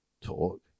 talk